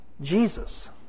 Jesus